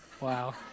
Wow